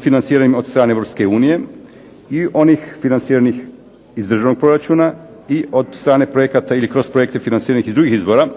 financiranim od strane EU i onih financiranih iz državnog proračuna i od strane projekata ili kroz projekte financirane iz drugih izvora